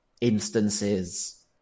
instances